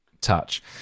touch